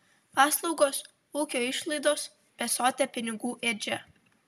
paslaugos ūkio išlaidos besotė pinigų ėdžia